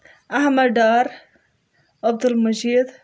Ahmad Dar Abdul Majeed